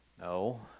No